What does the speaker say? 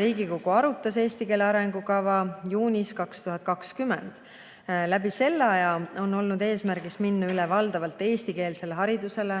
Riigikogu arutas eesti keele arengukava juunis. Läbi selle aja on olnud eesmärk minna üle valdavalt eestikeelsele haridusele